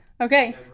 okay